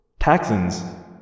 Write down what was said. Taxons